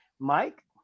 mike